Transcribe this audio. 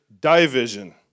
division